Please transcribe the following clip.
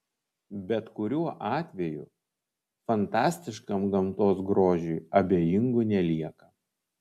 bet kuriuo atveju fantastiškam gamtos grožiui abejingų nelieka